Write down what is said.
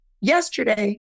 yesterday